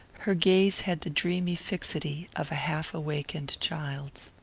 her gaze had the dreamy fixity of a half-awakened child's.